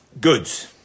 Goods